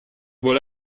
wohl